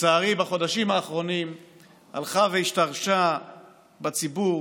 לצערי בחודשים האחרונים הלכה והשתרשה בציבור